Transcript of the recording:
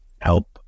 help